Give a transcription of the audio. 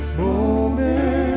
moment